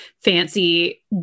fancy